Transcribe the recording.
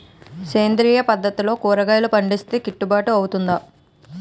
సేంద్రీయ పద్దతిలో కూరగాయలు పండిస్తే కిట్టుబాటు అవుతుందా?